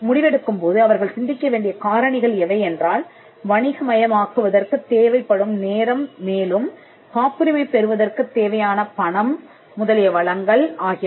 முடிவெடுக்கும்போது அவர்கள் சிந்திக்க வேண்டிய காரணிகள் எவை என்றால் வணிகமயமாக்குவதற்குத் தேவைப்படும் நேரம் மேலும் காப்புரிமை பெறுவதற்குத் தேவையான பணம் முதலிய வளங்கள் ஆகியவை